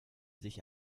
sich